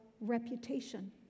reputation